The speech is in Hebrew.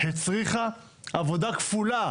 הצריכה עבודה כפולה